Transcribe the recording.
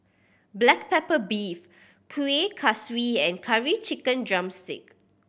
black pepper beef Kuih Kaswi and Curry Chicken drumstick